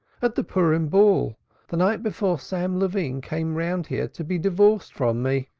at the purim ball the night before sam levine came round here to be divorced from me.